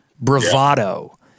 bravado